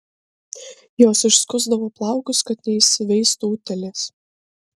jos išskusdavo plaukus kad neįsiveistų utėlės